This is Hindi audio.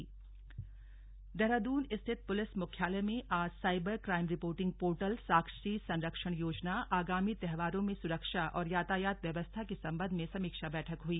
पुलिस बैठक देहरादून स्थित पुलिस मुख्यालय में आज साइबर क्राईम रिपोर्टिंग पोर्टल साक्षी संरक्षण योजना आगामी त्योहारों में सुरक्षा और यातायात व्यवस्था आदि के सम्बन्ध में समीक्षा बैठक हुई